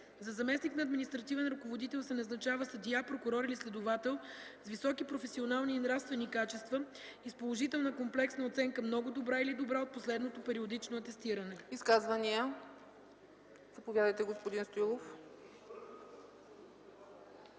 За заместник на административен ръководител се назначава съдия, прокурор или следовател с високи професионални и нравствени качества и с положителна комплексна оценка „много добра” или „добра” от последното периодично атестиране.” ПРЕДСЕДАТЕЛ ЦЕЦКА ЦАЧЕВА: Изказвания? Заповядайте, господин Стоилов.